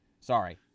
Sorry